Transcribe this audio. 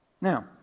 Now